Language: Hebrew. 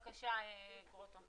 בבקשה, פרופ' גרוטו.